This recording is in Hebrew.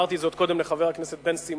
אמרתי זאת קודם לחבר הכנסת בן-סימון,